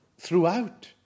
throughout